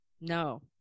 No